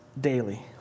daily